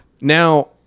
Now